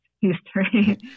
history